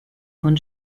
von